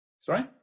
Sorry